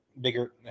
bigger